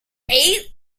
eight